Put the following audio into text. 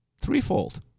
Threefold